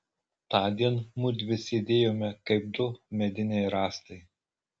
tądien mudvi sėdėjome kaip du mediniai rąstai